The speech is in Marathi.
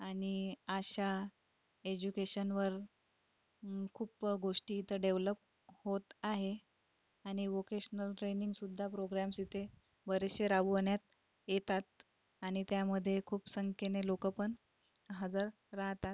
आणि अशा एज्युकेशनवर खूप गोष्टी इथं डेव्हलप होत आहे आणि वोकेशनल ट्रेनिंगसुद्धा प्रोग्राम्स इथे बरीचशी राबवण्यात येतात आणि त्यामध्ये खूप संख्येने लोक पण हजर राहतात